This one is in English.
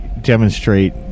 demonstrate